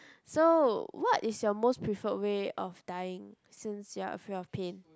so what is your most prefer way of dying since your are fear of pain